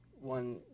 one